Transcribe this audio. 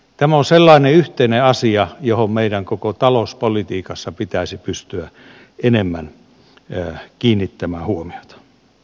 tämä on sellainen yhteinen asia johon meidän koko talouspolitiikassa pitäisi pystyä enemmän kiinnittämään huomiota